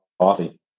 coffee